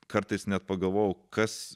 kartais net pagavau kas